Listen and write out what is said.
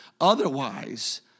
otherwise